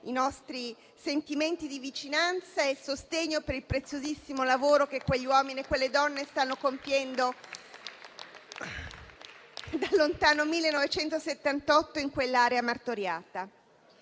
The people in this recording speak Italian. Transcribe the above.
i nostri sentimenti di vicinanza e sostegno per il preziosissimo lavoro che quegli uomini e quelle donne stanno compiendo dal lontano 1978 in quell'area martoriata.